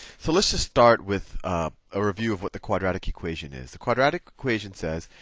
so let's just start with a review of what the quadratic equation is. the quadratic equation says,